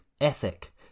ethic